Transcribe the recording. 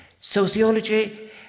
Sociology